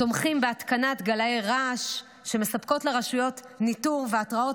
תומכים בהתקנת גלאי רעש שמספקים לרשויות ניטור והתראות